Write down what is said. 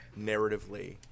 narratively